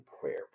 prayer